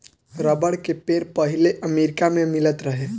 rubber के पेड़ पहिले अमेरिका मे मिलत रहे